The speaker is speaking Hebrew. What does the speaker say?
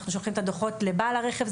אנחנו שולחים את הדוחות לבעל הרכב,